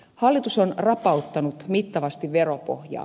hallitus on rapauttanut mittavasti veropohjaa